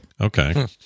okay